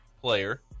player